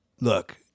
Look